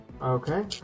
Okay